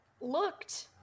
looked